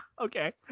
Okay